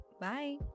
Bye